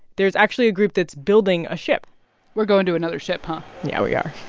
there's actually a group that's building a ship we're going to another ship pump yeah, we are.